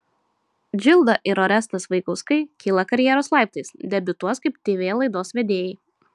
džilda ir orestas vaigauskai kyla karjeros laiptais debiutuos kaip tv laidos vedėjai